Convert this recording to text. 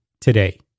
today